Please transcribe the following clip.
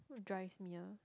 what drives me ah